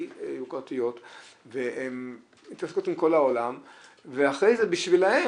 יוקרתיות והן מתעסקות עם כל העולם ואחרי זה בשבילן,